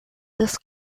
this